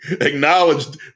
acknowledged